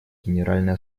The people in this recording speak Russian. генеральной